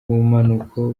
bumanuko